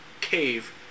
cave